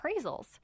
appraisals